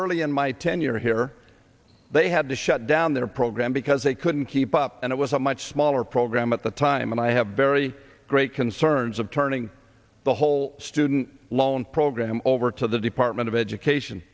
early in my tenure here they had to shut down their program because they couldn't keep up and it was a much smaller program at the time and i have very great concerns of turning the whole student loan program over to the department of education